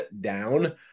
down